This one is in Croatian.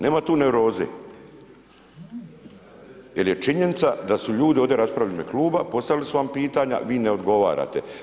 Nema tu nervoze, jer je činjenica da su ljudi ovdje raspravljali u ime Kluba, postavili su vam pitanja, vi ne odgovorite.